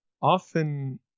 often